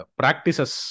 practices